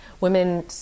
women